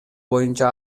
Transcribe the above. боюнча